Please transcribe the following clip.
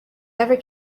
ever